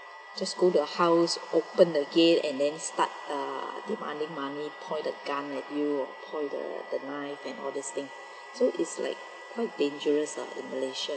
just go to your house open the gate and then start uh demanding money point the gun at you or point the the knife and all these thing so it's like quite dangerous lah in malaysia